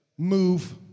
Move